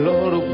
Lord